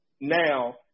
now